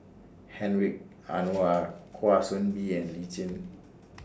Hedwig Anuar Kwa Soon Bee and Lee Tjin